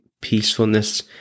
peacefulness